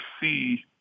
see